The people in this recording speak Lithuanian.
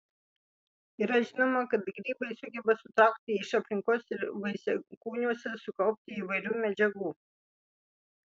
yra žinoma kad grybai sugeba sutraukti iš aplinkos ir vaisiakūniuose sukaupti įvairių medžiagų